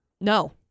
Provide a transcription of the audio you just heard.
No